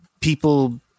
people